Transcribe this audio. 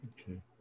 okay